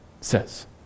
says